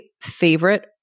favorite